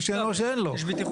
מי שאין לו לא יכול,